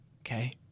Okay